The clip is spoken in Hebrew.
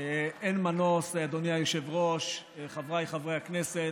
אין מנוס, אדוני היושב-ראש וחבריי חברי הכנסת,